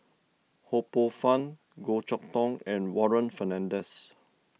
Ho Poh Fun Goh Chok Tong and Warren Fernandez